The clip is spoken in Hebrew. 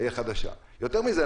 יותר מזה,